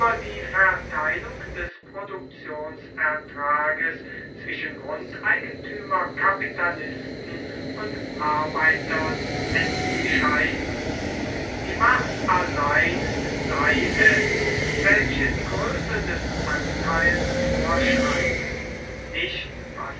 die verteilung des produktionsertrages zwischen grundieigentümer kapitalisten und arbeitern entscheiden die macht allein sei es welche die größe des anteils vorschreibe nicht